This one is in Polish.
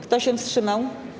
Kto się wstrzymał?